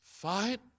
Fight